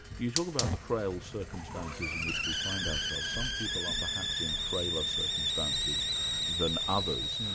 you talk about the frail circumstances in which we find ourselves. some people are perhaps in frailer circumstances than others.